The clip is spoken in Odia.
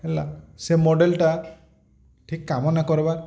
ହେଲା ସେ ମଡ଼େଲ୍ଟା ଠିକ୍ କାମ ନା କର୍ବାର୍